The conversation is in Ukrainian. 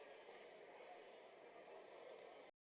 Дякую,